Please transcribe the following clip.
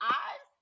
eyes